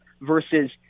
versus